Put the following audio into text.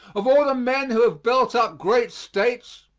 of all the men who have built up great states,